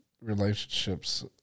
relationships